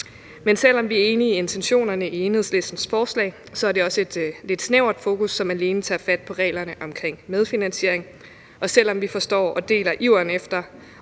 Men selv om vi er enige i intentionerne i Enhedslistens forslag, er det også et lidt snævert fokus, som alene tager fat på reglerne omkring medfinansiering, og selv om vi forstår og deler iveren efter